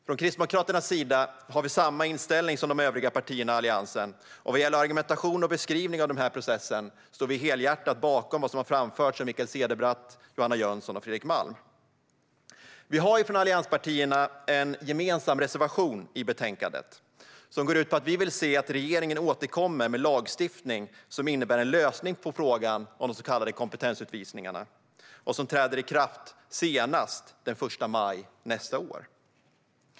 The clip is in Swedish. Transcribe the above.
Från Kristdemokraternas sida har vi samma inställning som de övriga partierna i Alliansen, och vad gäller argumentation och beskrivning av den här processen står vi helhjärtat bakom vad som framförts av Mikael Cederbratt, Johanna Jönsson och Fredrik Malm. Vi har från allianspartierna en gemensam reservation i betänkandet. Den går ut på att vi vill att regeringen återkommer med lagstiftning som innebär en lösning på frågan om de så kallade kompetensutvisningarna och som träder i kraft senast den 1 maj nästa år.